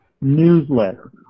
newsletter